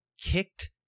kicked